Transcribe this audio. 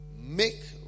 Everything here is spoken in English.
make